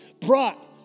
brought